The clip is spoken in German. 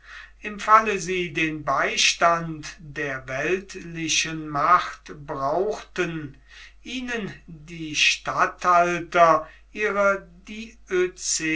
im falle sie den beistand der weltlichen macht brauchten ihnen die statthalter ihrer